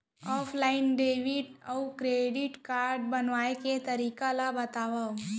Offline debit अऊ credit card बनवाए के तरीका ल बतावव?